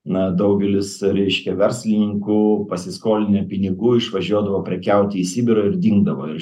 na daugelis reiškia verslininkų pasiskolinę pinigų išvažiuodavo prekiauti į sibirą ir dingdavo ir